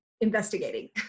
investigating